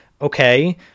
okay